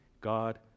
God